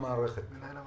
המערכת.